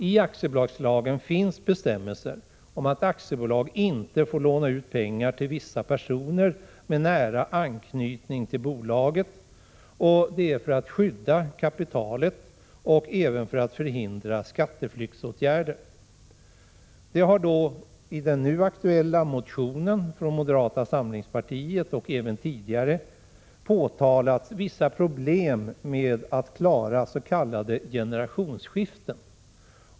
I aktiebolagslagen finns bestämmelser om att aktiebolag inte får låna ut pengar till vissa personer med nära anknytning till bolaget, och det är för att skydda kapitalet och även för att förhindra skatteflyktsåtgärder. Det har i den nu aktuella motionen från moderata samlingspartiet och även tidigare påtalats vissa problem med s.k. generationsskiften.